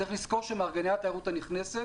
צריך לזכור שמארגני התיירות הנכנסת